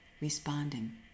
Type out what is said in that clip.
responding